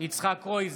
יצחק קרויזר,